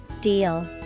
Deal